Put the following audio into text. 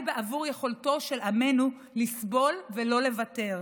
בעבור יכולתו של עמנו לסבול ולא לוותר,